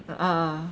ah